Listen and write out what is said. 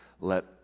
Let